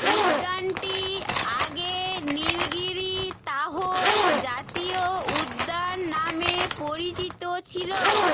উদ্যানটি আগে নীলগিরি তাহর জাতীয় উদ্যান নামে পরিচিত ছিলো